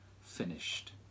finished